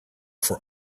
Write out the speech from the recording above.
for